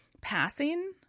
passing